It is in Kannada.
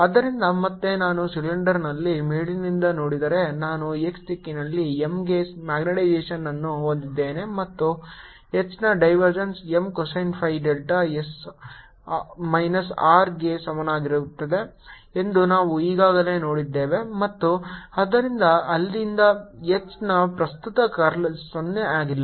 ಆದ್ದರಿಂದ ಮತ್ತೆ ನಾನು ಸಿಲಿಂಡರ್ನಲ್ಲಿ ಮೇಲಿನಿಂದ ನೋಡಿದರೆ ನಾನು x ದಿಕ್ಕಿನಲ್ಲಿ M ಗೆ ಮ್ಯಾಗ್ನೆಟೈಸೇಶನ್ ಅನ್ನು ಹೊಂದಿದ್ದೇನೆ ಮತ್ತು H ನ divergence M cosine phi delta S minus R ಗೆ ಸಮಾನವಾಗಿದೆ ಎಂದು ನಾವು ಈಗಾಗಲೇ ನೋಡಿದ್ದೇವೆ ಮತ್ತು ಆದ್ದರಿಂದ ಅಲ್ಲಿಂದ H ನ ಪ್ರಸ್ತುತ ಕರ್ಲ್ 0 ಆಗಿಲ್ಲ